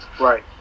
right